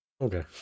Okay